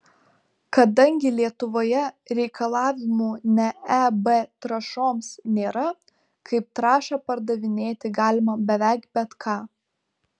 kadangi lietuvoje reikalavimų ne eb trąšoms nėra kaip trąšą pardavinėti galima beveik bet ką